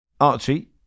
Archie